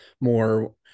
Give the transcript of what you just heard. more